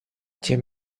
тем